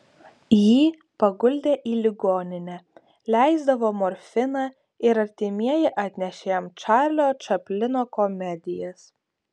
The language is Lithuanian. jį paguldė į ligoninę leisdavo morfiną ir artimieji atnešė jam čarlio čaplino komedijas